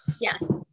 Yes